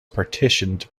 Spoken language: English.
partitioned